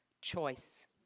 Choice